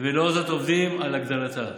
ולאור זאת עובדים על הגדלתה.